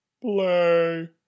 play